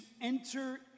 enter